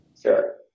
Sure